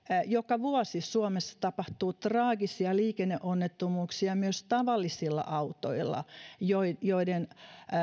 joka vuosi suomessa tapahtuu traagisia liikenneonnettomuuksia myös tavallisilla autoilla joiden joiden